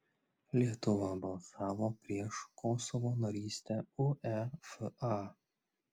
lietuva balsavo prieš kosovo narystę uefa